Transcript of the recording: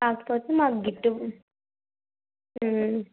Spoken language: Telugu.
కాకపోతే మాకు గిట్టదు